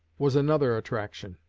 was another attraction.